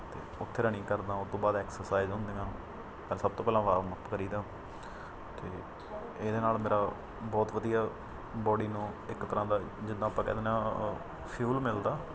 ਅਤੇ ਉੱਥੇ ਰਨਿੰਗ ਕਰਦਾ ਉਹਤੋਂ ਬਾਅਦ ਐਕਸਸਾਈਜ਼ ਹੁੰਦੀਆਂ ਪਰ ਸਭ ਤੋਂ ਪਹਿਲਾਂ ਵਾਰਮ ਅੱਪ ਕਰੀਦਾ ਅਤੇ ਇਹਦੇ ਨਾਲ ਮੇਰਾ ਬਹੁਤ ਵਧੀਆ ਬਾਡੀ ਨੂੰ ਇੱਕ ਤਰ੍ਹਾਂ ਦਾ ਜਿੱਦਾਂ ਆਪਾਂ ਕਹਿ ਦਿੰਦੇ ਹਾਂ ਫਿਊਲ ਮਿਲਦਾ